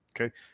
Okay